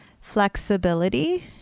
flexibility